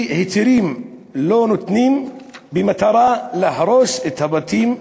והיתרים לא נותנים, במטרה להרוס את הבתים,